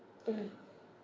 mm